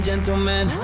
Gentlemen